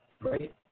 Right